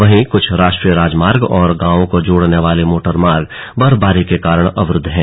वहीं कुछ राष्ट्रीय राजमार्ग और गांवों को जोड़ने वाले मोटरमार्ग बर्फबारी के कारण अवरुद्ध हैं